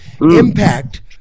impact